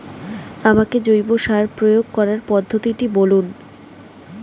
আমাকে জৈব সার প্রয়োগ করার পদ্ধতিটি বলুন?